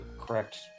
Correct